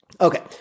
Okay